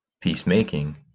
peacemaking